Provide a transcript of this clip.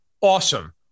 Awesome